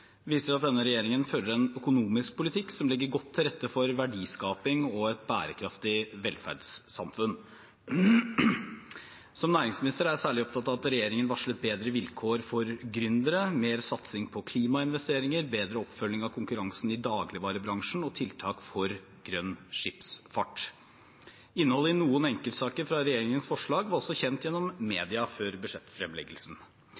viser at denne regjeringen fører en økonomisk politikk som legger godt til rette for verdiskaping og et bærekraftig velferdssamfunn. Som næringsminister er jeg særlig opptatt av at regjeringen varslet bedre vilkår for gründere, mer satsing på klimainvesteringer, bedre oppfølging av konkurransen i dagligvarebransjen og tiltak for grønn skipsfart. Innholdet i noen enkeltsaker fra regjeringens forslag var også kjent gjennom